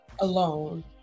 alone